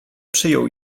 przyjął